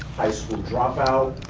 high school dropout.